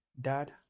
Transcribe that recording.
Dad